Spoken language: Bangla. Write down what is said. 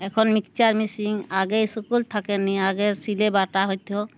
এখন মিক্সচার মেশিন আগে স্কুল থাকেন নি আগে সিলে বাাটা হয়তো